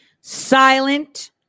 silent